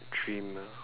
dream ah